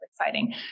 exciting